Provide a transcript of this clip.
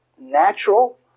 natural